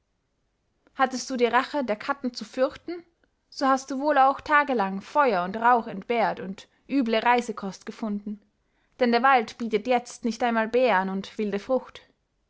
hattest du die rache der katten zu fürchten so hast du wohl auch tagelang feuer und rauch entbehrt und üble reisekost gefunden denn der wald bietet jetzt nicht einmal beeren und wilde frucht